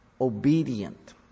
obedient